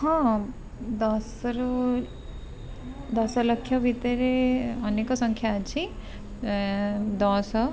ହଁ ହଁ ଦଶରୁ ଦଶଲକ୍ଷ ଭିତରେ ଅନେକ ସଂଖ୍ୟା ଅଛି ଦଶ